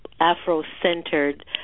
Afro-centered